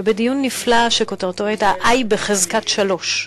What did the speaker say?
ובדיון נפלא שכותרתו הייתה " Iבחזקת 3,